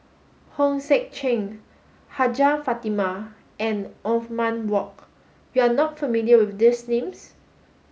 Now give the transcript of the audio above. Hong Sek Chern Hajjah Fatimah and Othman Wok you are not familiar with these names